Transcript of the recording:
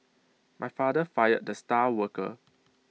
my father fired the star worker